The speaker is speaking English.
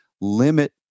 Limit